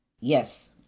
yes